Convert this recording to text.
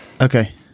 okay